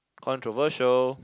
controversial